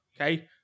Okay